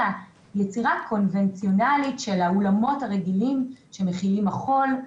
היצירה הקונבנציונלית של האולמות הרגילים שמכילים מחול,